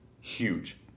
Huge